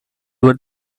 were